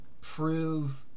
prove